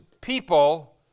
people